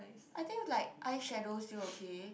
I think if like eyeshadow still okay